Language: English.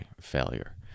failure